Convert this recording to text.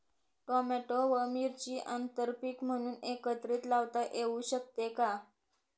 Tomato व मिरची आंतरपीक म्हणून एकत्रित लावता येऊ शकते का?